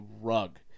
rug